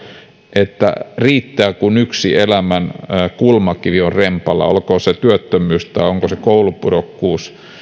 että riittää kun yksi elämän kulmakivi on rempallaan olkoon se työttömyys tai olkoon se koulupudokkuus